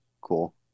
Cool